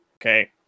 okay